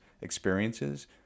experiences